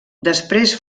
després